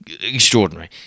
extraordinary